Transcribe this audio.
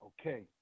Okay